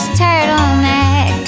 turtleneck